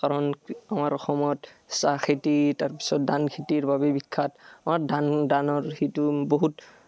কাৰণ আমাৰ অসমত চাহ খেতি তাৰপিছত ধান খেতিৰ বাবে বিখ্যাত আমাৰ ধান দানৰ সেইটো বহুত